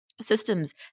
systems